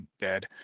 dead